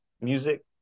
music